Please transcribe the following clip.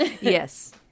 Yes